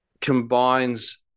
combines